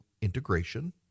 integration